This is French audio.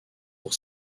pour